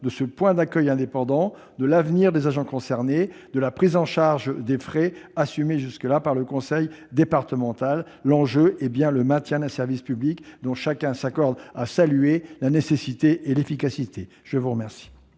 de ce point d'accueil indépendant, de l'avenir des agents concernés, de la prise en charge des frais assumés jusque-là par le conseil départemental. L'enjeu est bien le maintien d'un service public dont chacun s'accorde à saluer la nécessité et l'efficacité. La parole